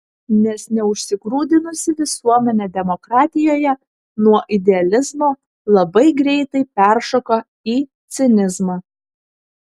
nes neužsigrūdinusi visuomenė demokratijoje nuo idealizmo labai greitai peršoka į cinizmą